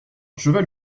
cheval